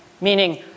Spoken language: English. meaning